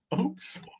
Oops